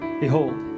Behold